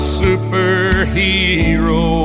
superhero